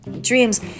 dreams